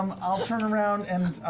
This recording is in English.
um i'll turn around, and